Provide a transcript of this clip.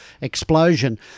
explosion